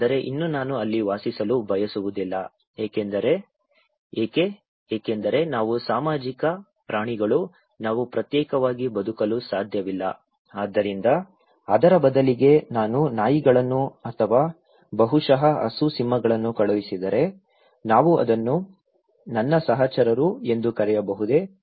ಆದರೆ ಇನ್ನೂ ನಾನು ಅಲ್ಲಿ ವಾಸಿಸಲು ಬಯಸುವುದಿಲ್ಲ ಏಕೆಂದರೆ ಏಕೆ ಏಕೆಂದರೆ ನಾವು ಸಾಮಾಜಿಕ ಪ್ರಾಣಿಗಳು ನಾವು ಪ್ರತ್ಯೇಕವಾಗಿ ಬದುಕಲು ಸಾಧ್ಯವಿಲ್ಲ ಆದ್ದರಿಂದ ಅದರ ಬದಲಿಗೆ ನಾನು ನಾಯಿಗಳನ್ನು ಅಥವಾ ಬಹುಶಃ ಹಸು ಸಿಂಹಗಳನ್ನು ಕಳುಹಿಸಿದರೆ ನಾವು ಅದನ್ನು ನನ್ನ ಸಹಚರರು ಎಂದು ಕರೆಯಬಹುದೇ